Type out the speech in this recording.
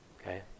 Okay